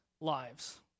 lives